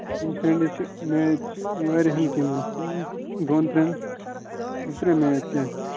ییٚمہِ سنڈے چھِ چھِ میچ واریاہَن ٹیٖمَن دۄن ترٛین زٕ ترٛےٚ میچ چھِ اسہِ